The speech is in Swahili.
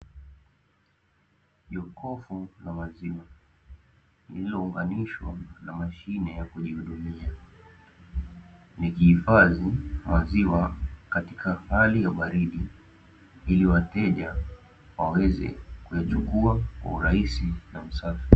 Jokofu la maziwa lililounganishwa na mashine ya kujihudumia, likihifadhi maziwa katika hali ya baridi ili wateja waweze kuyachukua kwa urahisi na usafi.